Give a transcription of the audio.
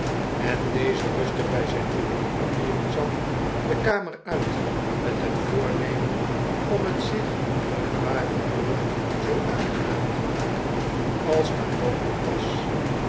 en deze rustig bij zijn boeken en papieren zat de kamer uit met het voornemen om het zich een paar uren zoo aangenaam te maken als maar mogelijk was